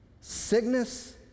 sickness